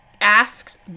Asks